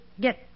get